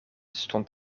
stond